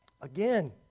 again